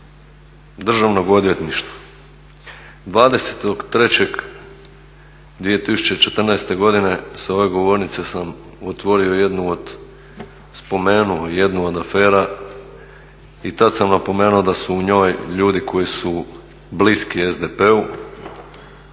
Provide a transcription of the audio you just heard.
Državnog odvjetništva 20.3.2014. godine sa ove govornice sam otvorio jednu od, spomenuo jednu od afera i tad sam napomenuo da su u njoj ljudi koji su bliski SDP-u.